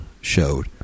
showed